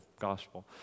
gospel